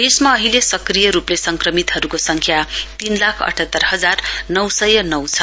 देशमा अहिले सक्रिय रूपले संक्रमितहरूको संख्या तीन लाख अठात्तर हजार नौ सय नौ छ